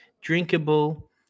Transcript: Drinkable